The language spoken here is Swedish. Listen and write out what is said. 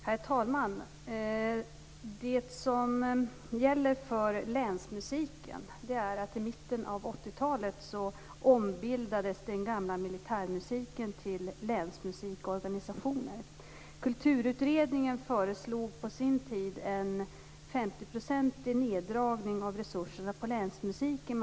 Herr talman! Det som gäller för Länsmusiken är att i mitten av 80-talet ombildades den gamla militärmusiken till Länsmusikorganisationer. Kulturutredningen föreslog på sin tid en 50-procentig neddragning av resurserna till Länsmusiken.